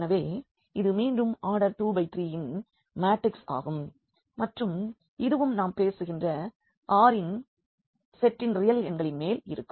எனவே இது மீண்டும் ஆர்டர் 2×3 யின் மேட்ரிக்ஸ் ஆகும் மற்றும் இதுவும் நாம் பேசுகின்ற R என்னும் செட்டின் ரியல் எண்களின் மேல் இருக்கும்